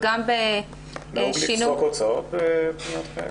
נהוג לפסוק הוצאות בפניות כאלה?